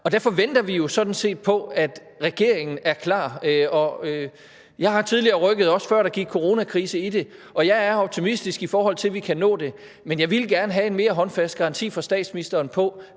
Derfor venter vi jo sådan set på, at regeringen er klar. Og jeg har tidligere rykket i forhold til det, også før der gik coronakrise i det, og jeg er optimistisk, i forhold til at vi kan nå det, men jeg ville gerne have en mere håndfast garanti fra statsministeren for,